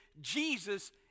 Jesus